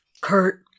Kurt